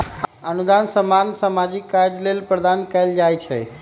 अनुदान सामान्य सामाजिक काज लेल प्रदान कएल जाइ छइ